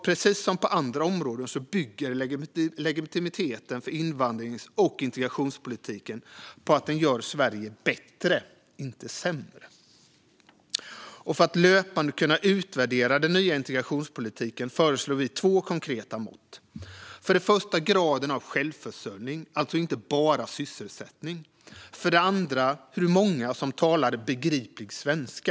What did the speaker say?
Precis som på andra områden bygger legitimiteten för invandrings och integrationspolitiken på att den gör Sverige bättre, inte sämre. För att löpande kunna utvärdera den nya integrationspolitiken föreslår vi två konkreta mått: för det första graden av självförsörjning, alltså inte bara sysselsättning, och för det andra hur många som talar begriplig svenska.